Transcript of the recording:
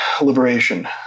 liberation